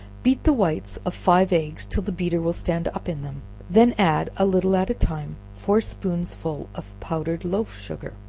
beat the whites of five eggs till the beater will stand up in them then add, a little at a time, four spoonsful of powdered loaf-sugar,